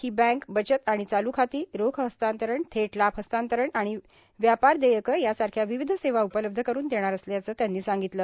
ही bank बचत आणि चालू खाती रोख हस्तांतरण थेट लाभ हस्तांतरण आणि व्यापार देयकं यासारख्या विविध सेवा उपलब्ध करून देणार असल्याचं त्यांनी सांगितलं